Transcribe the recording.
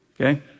Okay